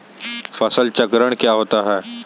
फसल चक्रण क्या होता है?